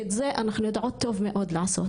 את זה אנחנו יודעות טוב מאוד לעשות,